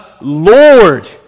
Lord